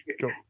Go